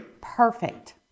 perfect